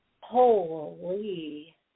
holy